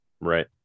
Right